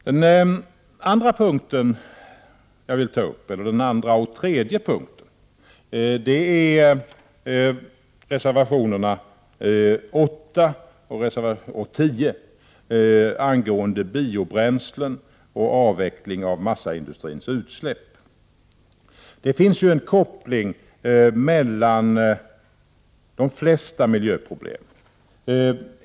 Den andra och tredje punkten jag vill ta upp gäller reservationerna 8 och 10 angående biobränslen och avveckling av massaindustrins utsläpp. Det finns en koppling mellan de flesta miljöproblem.